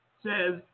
says